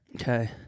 okay